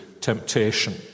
temptation